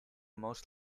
most